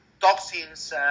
toxins